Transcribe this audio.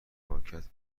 پاکت